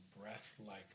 breath-like